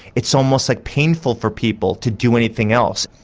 it's almost like painful for people to do anything else.